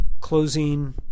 closing